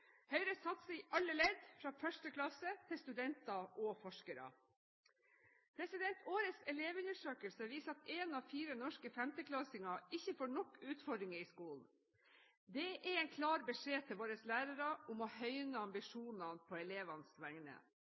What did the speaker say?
Høyre satser i alle ledd, fra 1. klasse til studenter og forskere. Årets elevundersøkelse viser at én av fire norske femteklassinger ikke får nok utfordringer i skolen. Det er en klar beskjed til våre lærere om å høyne ambisjonene på elevenes vegne.